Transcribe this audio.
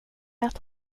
att